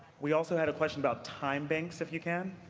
we also had a question about time banks, if you can?